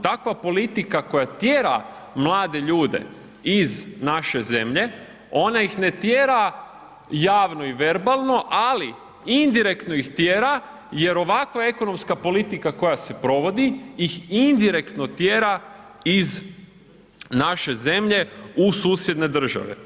Takva politika koja tjera mlade ljude iz naše zemlje, ona ih ne tjera javno i verbalno, ali indirektno ih tjera jer ovakva ekonomska politika koja se provodi ih indirektno tjera iz naše zemlje u susjedne države.